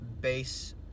base